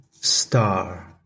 star